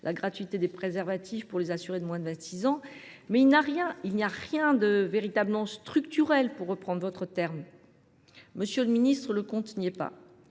ou gratuité des préservatifs pour les assurés de moins de 26 ans. Cependant, rien de tout cela n’est « structurel », pour reprendre votre terme. Monsieur le ministre, le compte n’y est pas